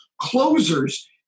closers